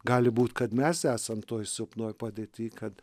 gali būt kad mes esam toj silpnoj padėty kad